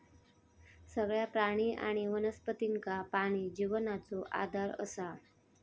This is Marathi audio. सगळ्या प्राणी आणि वनस्पतींका पाणी जिवनाचो आधार असा